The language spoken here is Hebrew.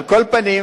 על כל פנים,